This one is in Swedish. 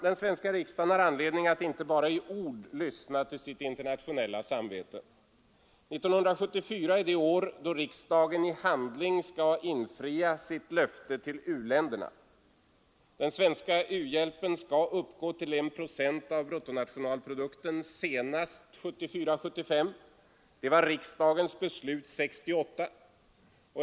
Den svenska riksdagen har anledning att inte bara i ord lyssna till sitt internationella samvete. 1974 är det år då riksdagen i handling skall infria sitt löfte till u-länderna. Den svenska u-hjälpen skall uppgå till I procent av bruttonationalprodukten senast 1974/75 — det var riksdagens beslut 1968.